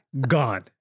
gone